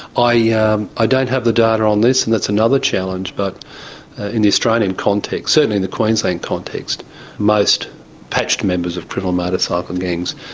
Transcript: ah yeah i don't have the data on this and that's another challenge, but in the australian context, certainly in the queensland context most patched members of criminal motorcycle gangs,